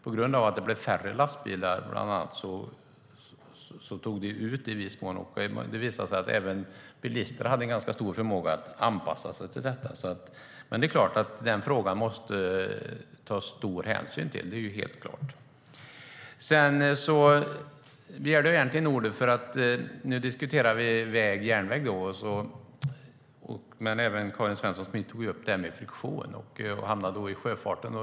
På grund av att det blev färre lastbilar tog det i viss mån ut effekten. Det visade sig att även bilister hade en ganska stor förmåga att anpassa sig till detta. Men det är helt klart att man måste ta stor hänsyn till den frågan. Vi diskuterar nu väg och järnväg. Men Karin Svensson Smith tog även upp detta med friktion och hamnade då i sjöfarten.